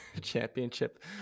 championship